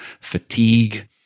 fatigue